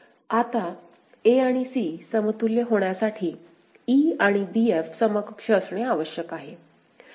आता a आणि c समतुल्य होण्यासाठी e आणि b f समकक्ष असणे आवश्यक आहे